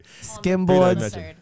Skimboards